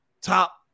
top